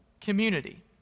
community